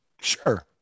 Sure